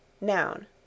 Noun